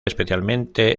especialmente